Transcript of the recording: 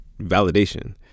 validation